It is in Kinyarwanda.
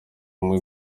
umwe